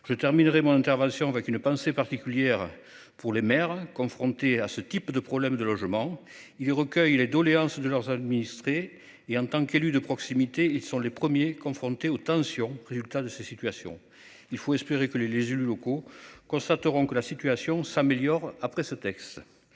Je terminerai mon intervention avec une pensée particulière pour les maires confrontés à ce type de problème de logement, il recueille les doléances de leurs administrés et en tant qu'élu de proximité, ils sont les premiers confrontés aux tensions. Résultat de ces situations. Il faut espérer que les, les élus locaux constateront que la situation s'améliore. Après ce texte.